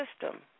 system